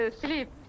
sleep